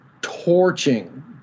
torching